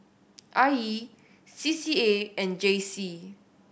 I E C C A and J C